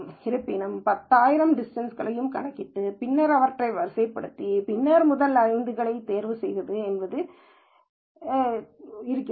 இருப்பினும் நான் 10000 டிஸ்டன்ஸ் களையும் கணக்கிட்டு பின்னர் அவற்றை வரிசைப்படுத்தி பின்னர் முதல் 5 ஐத் தேர்வு செய்ய வேண்டும் என்று தோன்றுகிறது